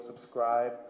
subscribe